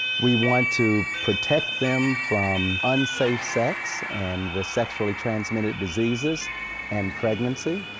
we want to protect them from unsafe sex and the sexually transmitted diseases and pregnancy.